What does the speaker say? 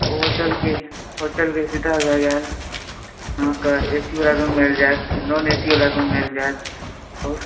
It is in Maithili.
ओ होटल के सुविधा भए गेल अहाँकेॅं ए सी वाला रूम आबि जायत नॉन ए सी वाला रूम मिल जायत आओर